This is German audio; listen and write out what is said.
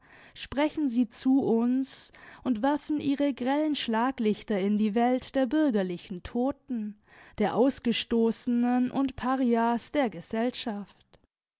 sprechen sie zu uns und werfen ihre grellen schlaglichter in die welt der bürgerlichen toten der ausgestoßenen und parias der gesellschaft